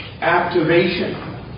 activation